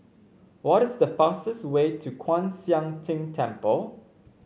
what is the fastest way to Kwan Siang Tng Temple